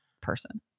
person